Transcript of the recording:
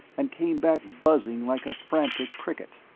and came back buzzing like a frantic cricket.